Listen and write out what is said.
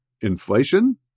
inflation